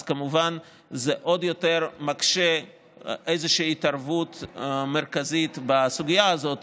אז כמובן זה עוד יותר מקשה איזושהי התערבות מרכזית בסוגיה הזאת,